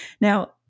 Now